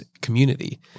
community